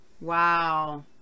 Wow